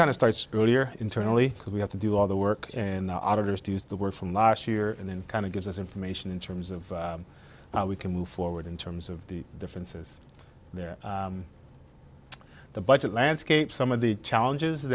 kind of starts earlier internally we have to do all the work in the auditors to use the word from last year and then kind of gives us information in terms of how we can move forward in terms of the differences there the budget landscape some of the challenges